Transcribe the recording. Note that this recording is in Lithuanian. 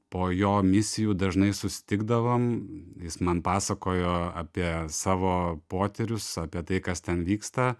po jo misijų dažnai susitikdavom jis man pasakojo apie savo potyrius apie tai kas ten vyksta